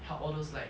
help all those like